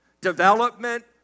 development